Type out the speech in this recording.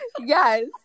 Yes